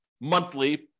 monthly